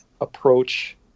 approach